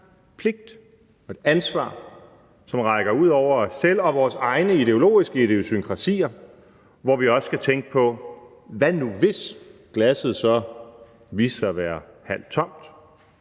pligt og et ansvar, som rækker ud over os selv og vores egne ideologiske idiosynkrasier, hvor vi også skal tænke på: Hvad nu hvis glasset så viste sig at være halvt tomt?